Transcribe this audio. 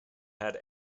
had